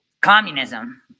Communism